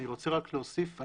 אני רוצה רק להוסיף,